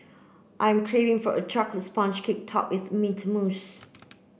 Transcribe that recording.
I'm craving for a chocolate sponge cake topped with mint mousse